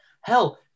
Hell